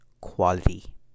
quality